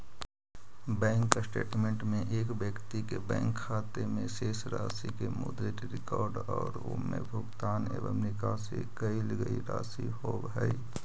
bank statement एक व्यक्ति के बैंक खाते में शेष राशि के मुद्रित रिकॉर्ड और उमें भुगतान एवं निकाशी कईल गई राशि होव हइ